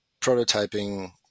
prototyping